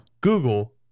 Google